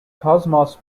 cosmos